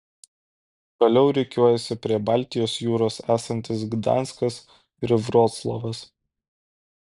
toliau rikiuojasi prie baltijos jūros esantis gdanskas ir vroclavas